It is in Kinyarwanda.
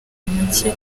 make